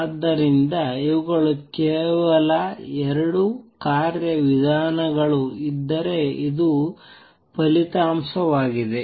ಆದ್ದರಿಂದ ಇವುಗಳು ಕೇವಲ 2 ಕಾರ್ಯವಿಧಾನಗಳು ಇದ್ದರೆ ಇದು ಫಲಿತಾಂಶವಾಗಿದೆ